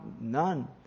none